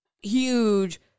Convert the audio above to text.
huge